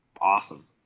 awesome